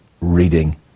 reading